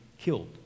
killed